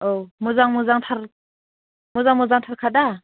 औ मोजां मोजांथार मोजां मोजां थारखा दा